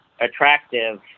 attractive